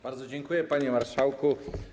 Bardzo dziękuję, panie marszałku.